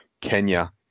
kenya